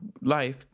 life